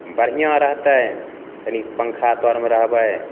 बढ़िआँ रहतै तनि पन्खा तरमे रहबै